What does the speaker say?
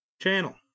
Channel